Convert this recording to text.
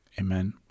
Amen